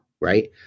right